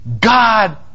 god